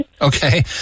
Okay